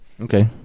Okay